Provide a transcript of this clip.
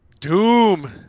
Doom